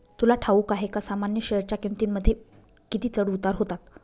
तुला ठाऊक आहे का सामान्य शेअरच्या किमतींमध्ये किती चढ उतार होतात